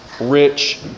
rich